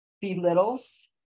belittles